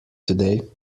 today